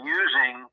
using